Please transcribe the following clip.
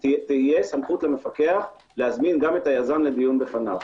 תהיה סמכות למפקח להזמין גם את היזם לדיון בפניו.